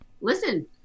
listen